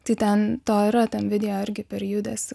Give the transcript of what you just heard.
tai ten to yra tam video argi per judesį